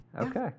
okay